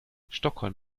stockholm